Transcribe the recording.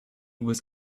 was